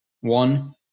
One